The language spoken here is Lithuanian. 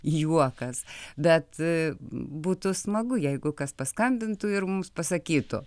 juokas bet būtų smagu jeigu kas paskambintų ir mums pasakytų